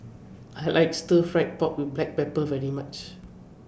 I like Stir Fry Pork with Black Pepper very much